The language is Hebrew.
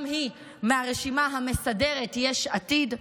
גם היא מהרשימה המסדרת יש עתיד,